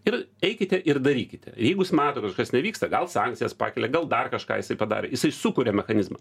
ir eikite ir darykite ir jeigu jis mato kad kažkas nevyksta gal sankcijas pakelia gal dar kažką jisai padarė jisai sukuria mechanizmą